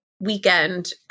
weekend